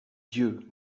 dieu